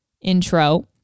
intro